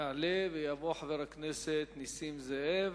יעלה ויבוא חבר הכנסת נסים זאב.